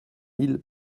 mille